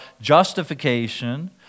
justification